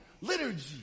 liturgy